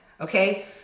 okay